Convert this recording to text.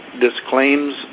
disclaims